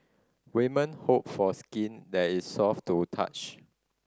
women hope for skin that is soft to touch